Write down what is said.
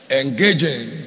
Engaging